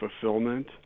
fulfillment